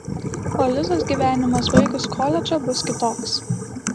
o lizos gyvenimas baigus koledžą bus kitoks